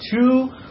two